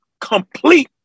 complete